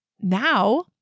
now